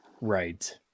Right